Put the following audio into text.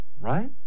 Right